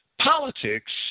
politics